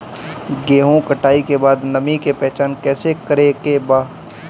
गेहूं कटाई के बाद नमी के पहचान कैसे करेके बा?